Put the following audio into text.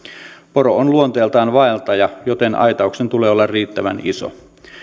poro on luonteeltaan vaeltaja joten aitauksen tulee olla riittävän iso